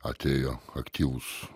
atėjo aktyvūs